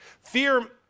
Fear